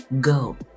Go